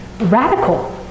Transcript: radical